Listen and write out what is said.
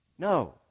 No